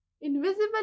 Invisible